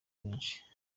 benshi